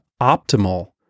optimal